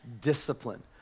discipline